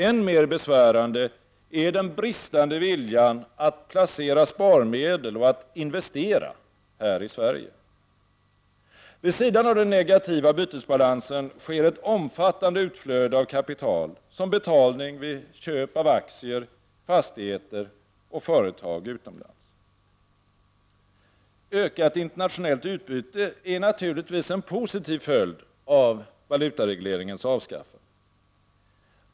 Än mer besvärande är den bristande viljan att placera sparmedel och att investera i Sverige. Vid sidan av den negativa bytesbalansen sker ett omfattande utflöde av kapital som betalning vid köp av aktier, fastigheter och företag utomlands. Ökat internationellt utbyte är naturligtvis en positiv följd av valutaregleringens avskaffande.